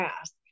ask